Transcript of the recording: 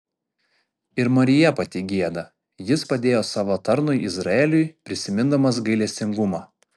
ir marija pati gieda jis padėjo savo tarnui izraeliui prisimindamas gailestingumą